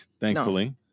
thankfully